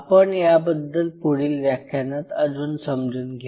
आपण याबद्दल पुढील व्याख्यानात अजून समजून घेऊ